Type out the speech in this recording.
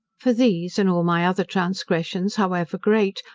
for these, and all my other transgressions, however great,